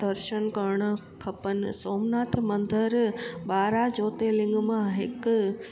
दर्शन करण खपनि सोमनाथ मंदर ॿारहां ज्योतिर्लिंग मां हिकु